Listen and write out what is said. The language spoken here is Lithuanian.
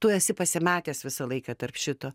tu esi pasimetęs visą laiką tarp šito